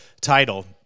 title